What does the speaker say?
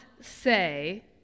say